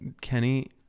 kenny